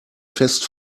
fest